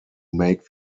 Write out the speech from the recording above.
make